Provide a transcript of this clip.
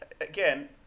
again